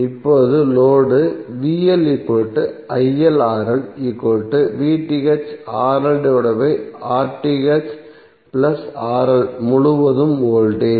இப்போது லோடு முழுவதும் வோல்டேஜ்